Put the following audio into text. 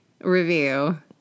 review